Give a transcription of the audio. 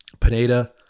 Pineda